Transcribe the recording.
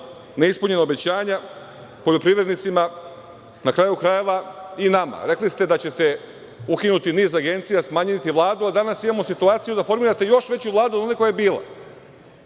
Neispunjena obećanja poljoprivrednicima, a na kraju krajeva i nama. Rekli ste da ćete ukinuti niz agencija, smanjiti Vladu, a danas imamo situaciju da formirate još veću Vladu nego što je bila